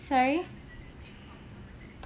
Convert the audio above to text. sorry